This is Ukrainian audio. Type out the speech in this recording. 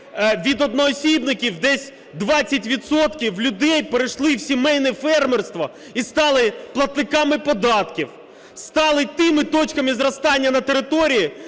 від одноосібників десь 20 відсотків людей перейшли в сімейне фермерство і стали платниками податків, стали тими точками зростання на території,